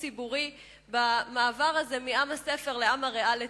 ציבורי במעבר הזה מעם הספר לעם הריאליטי.